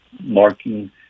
marking